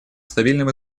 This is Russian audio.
стабильным